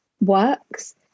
works